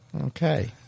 Okay